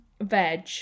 veg